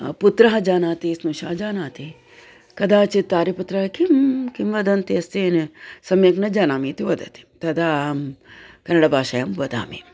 पुत्रः जानाति स्नुषाः जानाति कदाचित् आर्यपुत्रः किं किं वदन्ती अस्ति सम्यक् न जानामि इति वदति तदा अहं कन्नडभाषायां वदामि